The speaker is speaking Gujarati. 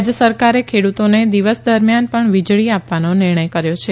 રાજ્ય સરકારે ખેડૂતોને દિવસ દરમિયાન પણ વીજળી આપવાનો નિર્ણય કર્યો છે